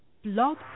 Blog